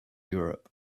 europe